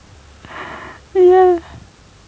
ya